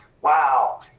wow